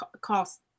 cost